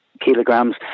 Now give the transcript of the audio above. kilograms